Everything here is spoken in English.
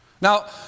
Now